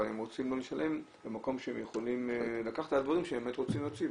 אבל הם גם רוצים לשלם במקום שהם יכולים על דברים שהם רוצים להוציא,